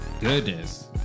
goodness